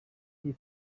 iyi